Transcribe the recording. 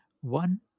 One